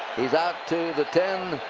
he's out to the ten.